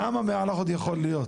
כמה "מהלך" עוד יכול להיות.